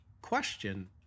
question